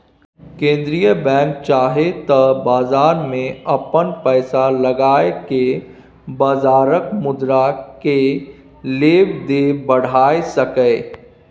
केंद्रक बैंक चाहे त बजार में अपन पैसा लगाई के बजारक मुद्रा केय लेब देब बढ़ाई सकेए